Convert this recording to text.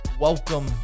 welcome